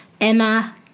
Emma